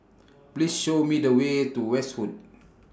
Please Show Me The Way to Westwood